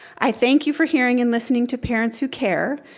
i thank you for hearing and listening to parents who care,